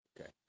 Okay